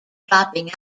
dropping